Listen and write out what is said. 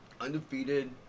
Undefeated